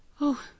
Oh